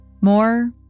More